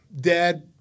Dad